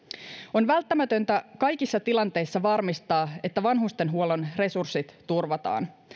on välttämätöntä kaikissa tilanteissa varmistaa että vanhustenhuollon resurssit turvataan